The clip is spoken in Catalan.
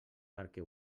perquè